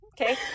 okay